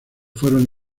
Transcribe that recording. fueron